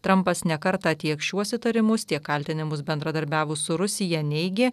trampas ne kartą tiek šiuos įtarimus tiek kaltinimus bendradarbiavus su rusija neigė